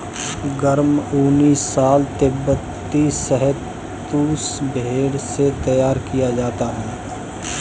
गर्म ऊनी शॉल तिब्बती शहतूश भेड़ से तैयार किया जाता है